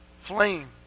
flame